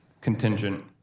contingent